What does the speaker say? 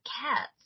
cats